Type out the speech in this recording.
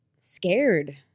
Scared